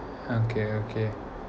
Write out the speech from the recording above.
okay okay